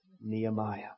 Nehemiah